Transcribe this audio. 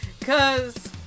cause